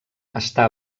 està